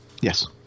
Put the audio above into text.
Yes